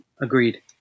agreed